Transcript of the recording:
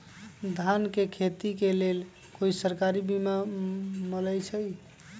धान के खेती के लेल कोइ सरकारी बीमा मलैछई?